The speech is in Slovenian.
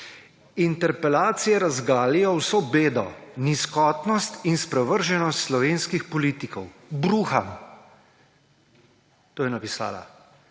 »Interpelacije razgalijo vso bedo, nizkotnost in sprevrženost slovenskih politikov. Bruham.« To je napisala,